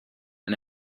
and